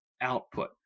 output